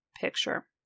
picture